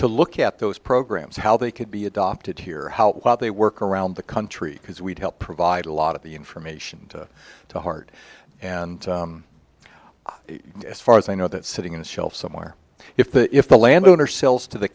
to look at those programs how they could be adopted here how they work around the country because we've helped provide a lot of the information to heart and as far as i know that sitting in a shelf somewhere if the if the landowner sells to the